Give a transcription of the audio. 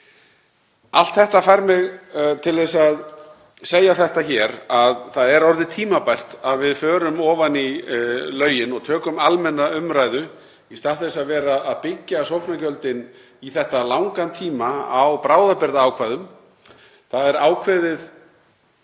Allt þetta fær mig til að segja hér að það er orðið tímabært að við förum ofan í lögin og tökum almenna umræðu í stað þess að vera að byggja sóknargjöldin í þetta langan tíma á bráðabirgðaákvæðum. Það er ákveðin